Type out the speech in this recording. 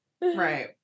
right